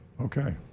Okay